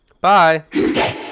Bye